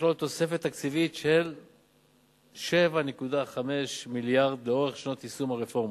שתכלול תוספת תקציבית של 7.5 מיליארד לאורך שנות יישום הרפורמה.